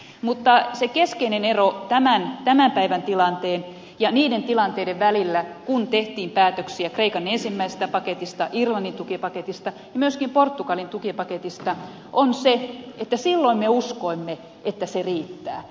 mutta se keskeinen ero tämän päivän tilanteen ja niiden tilanteiden välillä kun tehtiin päätöksiä kreikan ensimmäisestä paketista irlannin tukipaketista ja myöskin portugalin tukipaketista on se että silloin me uskoimme että se riittää